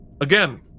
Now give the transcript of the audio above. Again